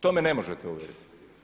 To me ne možete uvjeriti.